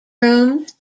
rooms